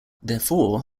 therefore